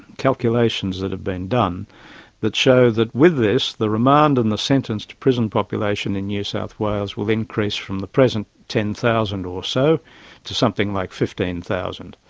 calculations that have been done that show that with this the remand and the sentenced prison population in new south wales will increase from the present ten thousand or so to something like fifteen thousand.